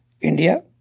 India